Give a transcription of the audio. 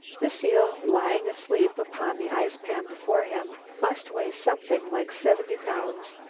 the seal, lying asleep upon the ice-pan before him, must weigh something like seventy pounds.